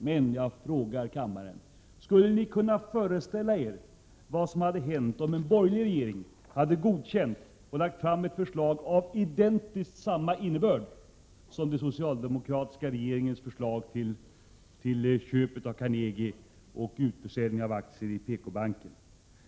Jag vill fråga kammarens ledamöter: Skulle ni kunna föreställa er vad som hade hänt, om en borgerlig regering hade godkänt och lagt fram ett förslag med identiskt samma innebörd som den socialdemokratiska regeringens förslag till köp av Carnegie och utförsäljning av aktier i PKbanken?